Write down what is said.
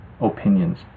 opinions